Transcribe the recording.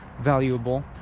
valuable